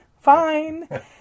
fine